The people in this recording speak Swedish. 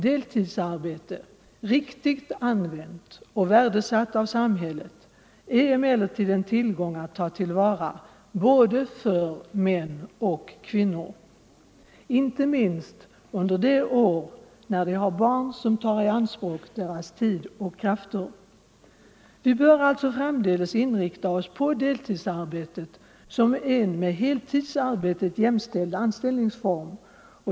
Deltidsarbete, riktigt använt och värdesatt av samhället, är en tillgång att ta till vara för både män och kvinnor, inte minst under de år när de har barn som tar i anspråk deras tid och krafter. Vi bör alltså framdeles inrikta oss på deltidsarbetet som en med heltidsarbetet jämställd anställningsform.